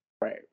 Right